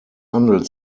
handelt